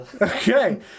Okay